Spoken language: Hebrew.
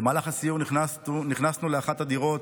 במהלך הסיור נכנסנו לאחת הדירות